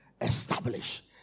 establish